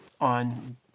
on